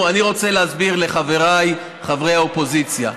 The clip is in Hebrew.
אני רוצה להסביר לחבריי חברי האופוזיציה,